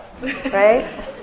right